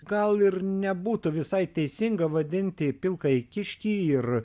gal ir nebūtų visai teisinga vadinti pilkąjį kiškį ir